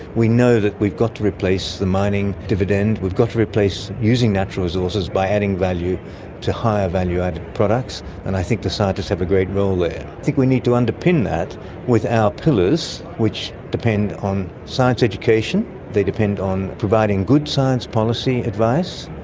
we know that we've got to replace the mining dividend, we've got to replace using natural resources by adding value to higher value added products, and i think the scientists have a great role there. i think we need to underpin that with our pillars, which depend on science education, they depend on providing good science policy advice,